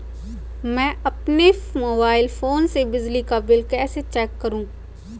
मैं अपने mobile phone से बिजली का बिल कैसे चेक करूं?